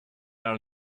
are